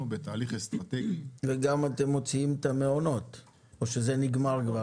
אתם גם מוציאים את המעונות או שזה נגמר?